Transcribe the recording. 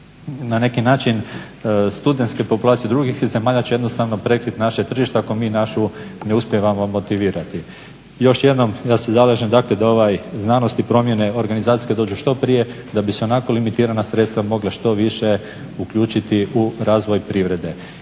na neki način studentske populacije drugih zemalja će jednostavno prekriti naše tržište ako mi našu ne uspijevamo motivirati. Još jednom ja se zalažem dakle da ovaj znanost i promjene organizacijske dođu što prije da bi se ionako limitirana sredstva mogla što više uključiti u razvoj privrede.